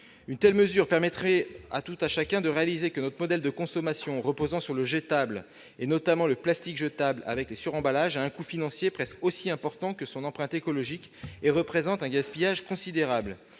Une telle mesure permettrait à tout un chacun de réaliser que notre modèle de consommation, reposant sur le jetable, notamment le plastique jetable, avec des suremballages, à un coût financier presque aussi important que son empreinte écologique et représente un gaspillage considérable.